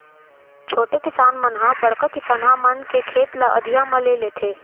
छोटे किसान मन ह बड़का किसनहा मन के खेत ल अधिया म ले लेथें